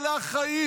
אלה החיים.